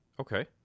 Okay